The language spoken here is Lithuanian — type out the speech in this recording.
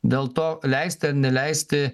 dėl to leisti ar neleisti